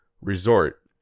resort